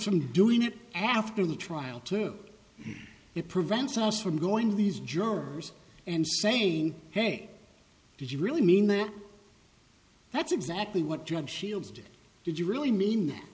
from doing it after the trial to it prevents us from going to these jurors and saying hey did you really mean that that's exactly what judge shields did did you really mean that